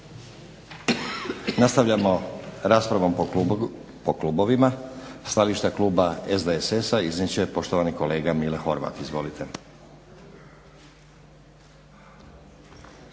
Nastavljamo raspravom po klubovima. Stajališta kluba SDSS-a iznijet će poštovani kolega Mile Horvat. Izvolite.